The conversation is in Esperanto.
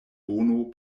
bono